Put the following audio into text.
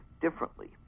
differently